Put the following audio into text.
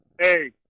hey